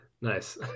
Nice